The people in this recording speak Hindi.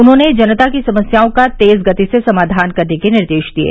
उन्होंने जनता की समस्याओं का तेज गति से समाधान करने के निर्देश दिये